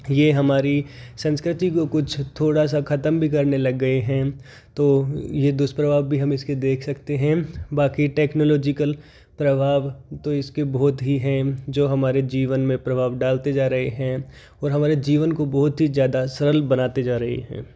यह हमारी संस्कृती को कुछ थोड़ा सा ख़त्म भी करने लग गए हैं तो यह दुष्प्रभाव भी हमें उसके देख सकते हैं बाकी टेक्नोलॉजिकल प्रभाव तो इसके बहुत ही हैं जो हमारे जीवन में प्रभाव डालते जा रहे हैं और हमारे जीवन को बहुत ही ज़्यादा सरल बनाते जा रहे हैं